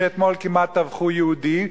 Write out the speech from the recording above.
שאתמול כמעט טבחו שם יהודי.